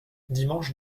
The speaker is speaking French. dimanche